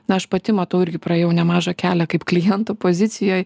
na aš pati matau irgi praėjau nemažą kelią kaip kliento pozicijoj